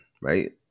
right